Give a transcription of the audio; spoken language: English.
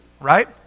Right